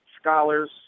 scholars